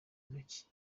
intoki